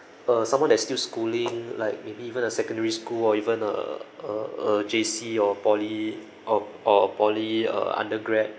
a someone that's still schooling like maybe even a secondary school or even a a a J_C or poly or or a poly uh undergrad